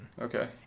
Okay